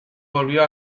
volvió